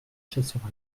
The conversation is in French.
chasseurs